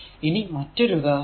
ഇനി മറ്റൊരു ഉദാഹരണം